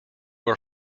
were